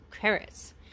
carrots